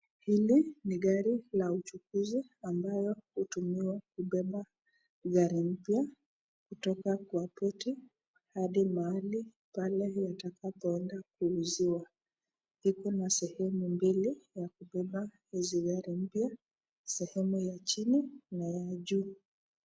Hili ni gari la uchukuzi ambalo hutumiwa kupepa gari mpya kutoka kwa poti hadi mahali pale watakapo enda kuuziwa huku ni sehemu mbili ya kupepa hizi gari mpya sehemu ya chini na ya juu.